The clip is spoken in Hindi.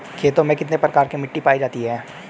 खेतों में कितने प्रकार की मिटी पायी जाती हैं?